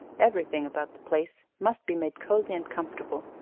everything about the place must be made cozy and comfortable,